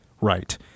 Right